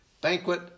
banquet